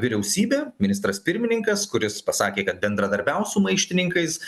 vyriausybė ministras pirmininkas kuris pasakė kad bendradarbiaus su maištininkais